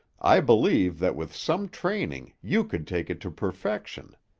i believe that with some training you could take it to perfection.